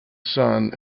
son